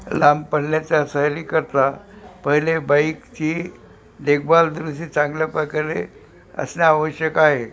लांब पल्ल्याचा सहलीकरता पहिले बाईकची देखभाल चांगल्या प्रकारे असणे आवश्यक आहे